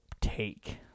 take